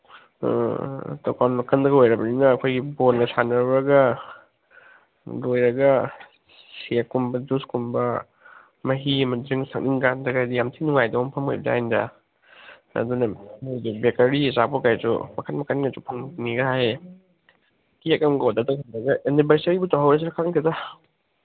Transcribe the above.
ꯎꯝ ꯇꯞ ꯒ꯭ꯔꯥꯎꯟ ꯅꯥꯀꯟꯗꯒ ꯑꯣꯏꯔꯝꯅꯤꯅ ꯑꯩꯈꯣꯏꯒꯤ ꯕꯣꯟꯒ ꯁꯥꯟꯅꯔꯨꯔꯒ ꯂꯣꯏꯔꯒ ꯁꯦꯛꯀꯨꯝꯕ ꯖꯨꯁꯀꯨꯝꯕ ꯃꯍꯤ ꯑꯃ ꯊꯛꯅꯤꯡ ꯀꯥꯟꯗꯤ ꯌꯥꯝ ꯊꯤꯅ ꯅꯨꯡꯉꯥꯏꯗꯧꯕ ꯃꯐꯝ ꯑꯣꯏꯕꯖꯥꯠꯅꯤꯗ ꯑꯗꯨꯅ ꯕꯦꯀꯔꯤ ꯑꯆꯥꯄꯣꯠꯒꯩꯁꯨ ꯃꯈꯟ ꯃꯈꯟꯒꯁꯨ ꯐꯪꯕꯅꯤꯀ ꯍꯥꯏ ꯀꯦꯛ ꯑꯃꯒ ꯑꯣꯗꯔ ꯇꯧꯁꯤꯜꯂꯒ ꯑꯦꯅꯤꯚꯔꯁꯔꯤꯕꯨ ꯇꯧꯍꯧꯔꯁꯤꯔ ꯈꯪꯗꯦꯗ